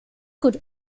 could